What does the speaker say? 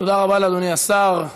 תודה רבה לאדוני השר.